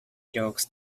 jokes